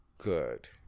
good